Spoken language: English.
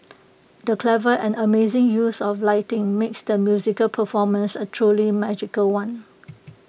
the clever and amazing use of lighting makes the musical performance A truly magical one